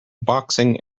boxing